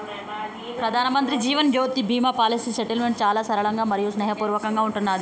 ప్రధానమంత్రి Jeevan Jyoti Bima policy settlement చాలా సరళంగా మరియు స్నేహపూర్వకంగా ఉంటున్నాది